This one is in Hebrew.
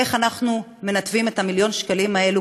איך אנחנו מנתבים את מיליון השקלים האלה